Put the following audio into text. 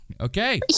Okay